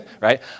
right